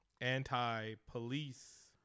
anti-police